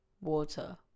water